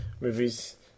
movies